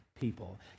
people